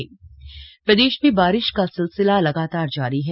मौसम अपडेट प्रदेश में बारिश का सिलसिला लगातार जारी है